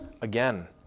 again